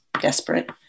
desperate